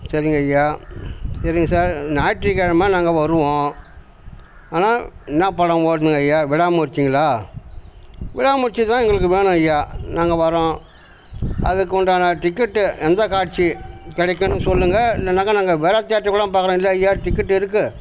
சரிங்க ஐயா சரிங்க சார் ஞாயிற்று கிழம நாங்கள் வருவோம் ஆனால் என்ன படம் ஓடுதுங்க ஐயா விடாமுயற்சிங்களா விடாமுயற்சி தான் எங்களுக்கு வேணும் ஐயா நாங்கள் வரோம் அதுக்கு உண்டான டிக்கெட்டு எந்த காட்சி கிடைக்குன்னு சொல்லுங்கள் இல்லைன்னாக்கா நாங்கள் வேற தேட்டர் கூட பார்க்குறோம் இல்லை ஐயா டிக்கெட்டு இருக்குது